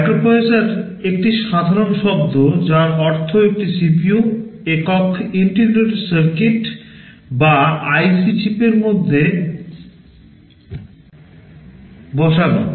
microprocessor একটি সাধারণ শব্দ যার অর্থ একটি CPU একক ইন্টিগ্রেটেড সার্কিট বা আইসি চিপের মধ্যে বসানো